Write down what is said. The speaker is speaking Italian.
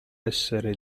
essere